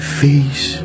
face